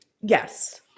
Yes